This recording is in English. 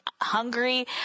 hungry